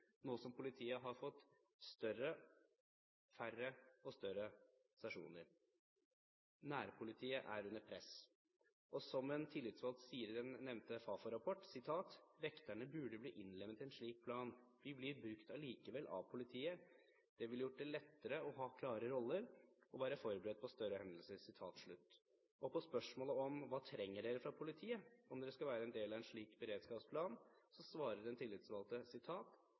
nå som politiet har fått færre og større stasjoner. Nærpolitiet er under press. Som en tillitsvalgt sier: «Vekterne burde bli innlemmet i en slik plan. Vi blir brukt allikevel av politiet. Det ville gjort det lettere å ha klare roller, og å være forberedt på større hendelser.» På spørsmålet om hva de trenger fra politiet om de skal være en del av en slik beredskapsplan, svarer den tillitsvalgte: